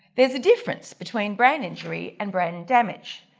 there's a difference between brain injury and brain damage.